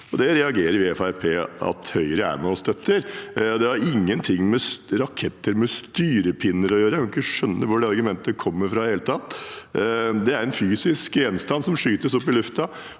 reagerer på at Høyre er med på og støtter det. Det har ingenting med raketter med styrepinne å gjøre, jeg skjønner ikke hvor det argumentet kommer fra. Det er en fysisk gjenstand som skytes opp i luften.